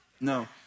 No